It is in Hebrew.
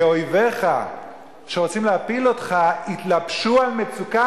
כי אויביך שרוצים להפיל אותך התלבשו על מצוקה